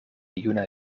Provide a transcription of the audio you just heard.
juna